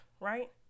right